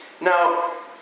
Now